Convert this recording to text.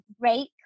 great